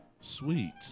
Sweet